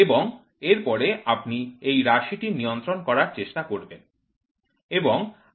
এবং এরপরে আপনি এই রাশিটি নিয়ন্ত্রণ করার চেষ্টা করবেন